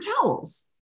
towels